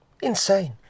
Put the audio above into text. Insane